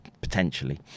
potentially